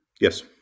Yes